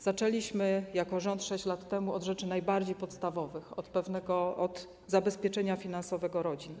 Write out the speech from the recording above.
Zaczęliśmy jako rząd 6 lat temu od rzeczy najbardziej podstawowych - od zabezpieczenia finansowego rodzin.